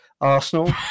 Arsenal